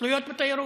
תלויות בתיירות.